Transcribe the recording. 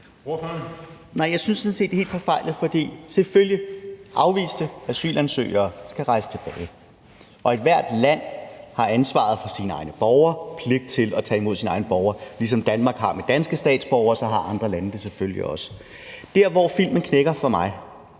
jeg synes sådan set, det er helt forfejlet, for selvfølgelig skal afviste asylansøgere rejse tilbage. Ethvert land har ansvar for sine egne borgere og har pligt til at tage imod sine egne borgere. Ligesom Danmark har ansvar for danske statsborgere, har andre lande det selvfølgelig også. Der, hvor filmen knækker for mig,